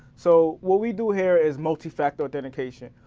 so what we do here is multi-factor authentication.